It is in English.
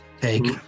Take